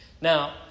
Now